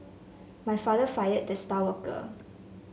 my father fired the star worker